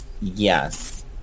Yes